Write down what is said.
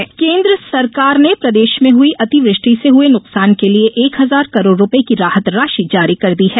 CM राहत राशि केन्द्र सरकार ने प्रदेश में हुई अति वृष्टि से हुए नुकसान के लिए एक हजार करोड़ रुपए की राहत राशि जारी कर दी है